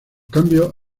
cambios